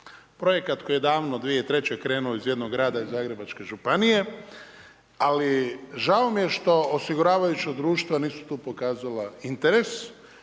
Projekat koji je davno 2003. krenuo iz jednog grada iz Zagrebačke županije, ali žao mi je što osiguravajuća društva nisu tu pokazala interes